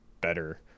better